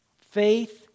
Faith